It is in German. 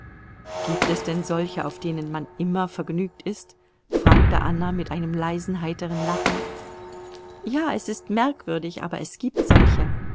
gibt es denn solche auf denen man immer vergnügt ist fragte anna mit einem leisen heiteren lachen ja es ist merkwürdig aber es gibt solche